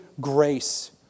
grace